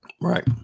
Right